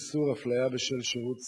איסור הפליה בשל שירות צבאי),